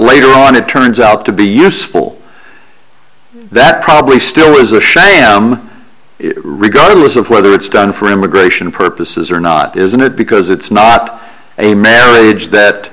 later on it turns out to be useful that probably still is a sham regardless of whether it's done for immigration purposes or not isn't it because it's not a marriage that